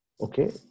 Okay